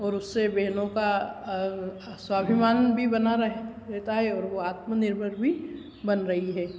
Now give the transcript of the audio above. और उससे बहनों का अब स्वाभिमान भी बना रहे रहता है और वह आत्मनिर्भर भी बन रही हैं